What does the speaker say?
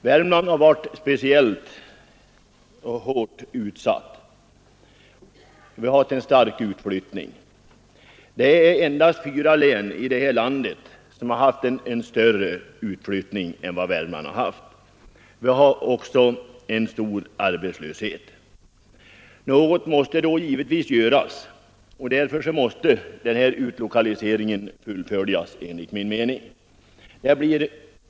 Värmland har varit speciellt hårt utsatt. Det har varit en stark utflyttning därifrån. Endast fyra län i detta land har haft en större utflyttning än Värmland. Vi har också en stor arbetslöshet. Något måste givetvis göras och därför måste denna utlokalisering enligt min mening fullföljas.